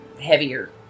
heavier